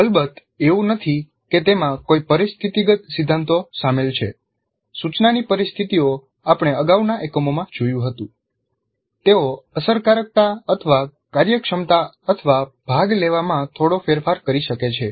અલબત્ત એવું નથી કે તેમાં કોઈ પરિસ્થિતિગત સિદ્ધાંતો સામેલ છે સૂચનાની પરિસ્થિતિઓ આપણે અગાઉના એકમોમાં જોયું હતું તેઓ અસરકારકતા અથવા કાર્યક્ષમતા અથવા ભાગ લેવામાં થોડો ફેરફાર કરી શકે છે